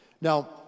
Now